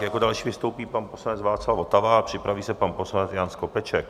Jako další vystoupí pan poslanec Václav Votava a připraví se pan poslanec Jan Skopeček.